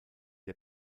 der